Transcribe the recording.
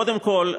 קודם כול,